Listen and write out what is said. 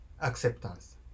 acceptance